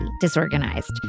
disorganized